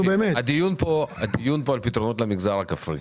הדיון כאן הוא על פתרונות למגזר הכפרי.